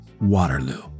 Waterloo